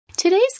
Today's